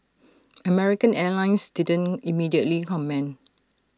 American airlines didn't immediately comment